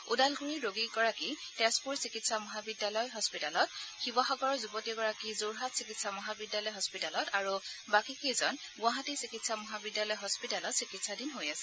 ওদালণ্ডৰিৰ ৰোগীগৰাকী তেজপুৰ চিকিৎসা মহাবিদ্যালয় হস্পিতালত শিৱসাগৰৰ যুৱতীগৰাকী যোৰহাট চিকিৎসা মহাবিদ্যালয় হস্পিতালত আৰু বাকীকেইজন গুৱাহাটী চিকিৎসা মহাবিদ্যালয় হস্পিতালত চিকিৎসাধীন হৈ আছিল